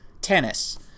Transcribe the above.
Tennis